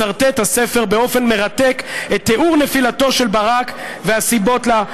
מסרטט הספר באופן מרתק את תיאור נפילתו של ברק והסיבות לה".